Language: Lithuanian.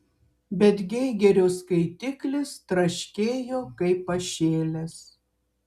bet geigerio skaitiklis traškėjo kaip pašėlęs